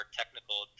technical